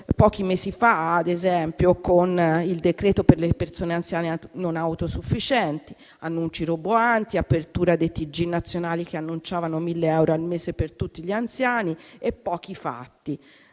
pochi mesi fa, ad esempio, con il decreto per le persone anziane non autosufficienti; annunci roboanti, apertura dei TG nazionali che annunciavano 1.000 euro al mese per tutti gli anziani e pochi fatti,